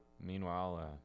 Meanwhile